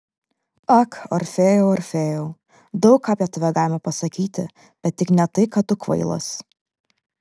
ak orfėjau orfėjau daug ką apie tave galima pasakyti bet tik ne tai kad tu kvailas